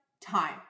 Time